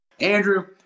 Andrew